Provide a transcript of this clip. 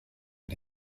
mit